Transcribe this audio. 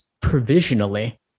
provisionally